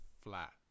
flat